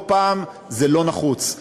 לא פעם זה לא נחוץ.